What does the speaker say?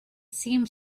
seemed